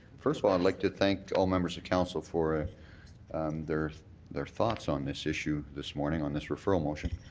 first of all i'd like to thank all members of council for ah and their their thoughts on this issue this morning, on this referral motion.